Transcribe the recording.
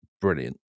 Brilliant